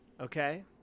okay